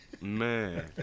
man